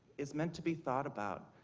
is meant to be thought about.